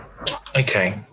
Okay